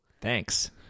thanks